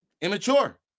immature